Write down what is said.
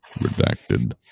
Redacted